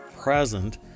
present